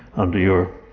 under your